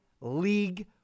league